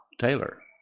Taylor